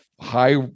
high